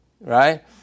Right